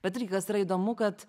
bet irgi kas yra įdomu kad